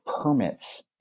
permits